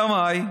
אלא מאי?